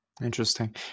Interesting